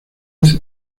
vez